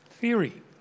theory